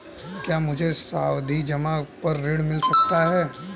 क्या मुझे सावधि जमा पर ऋण मिल सकता है?